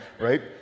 right